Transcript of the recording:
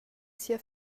sia